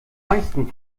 meisten